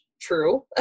true